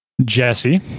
jesse